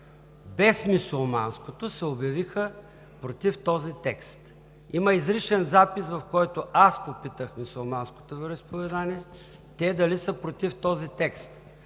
без мюсюлманското, се обявиха против този текст. Има изричен запис, за който аз попитах мюсюлманското вероизповедание дали са против този текст?